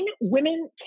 women